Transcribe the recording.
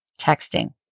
texting